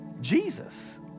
Jesus